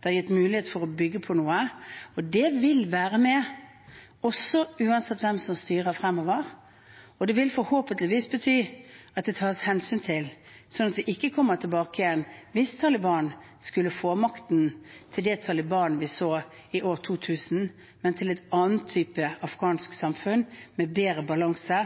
det har gitt mulighet for å bygge på noe. Det vil være med uansett hvem som styrer fremover, og det vil forhåpentligvis bety at det tas hensyn til, sånn at vi hvis Taliban skulle få makten, ikke kommer tilbake igjen til det Afghanistan vi så i år 2000, men til en annen type afghansk samfunn med bedre balanse